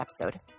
episode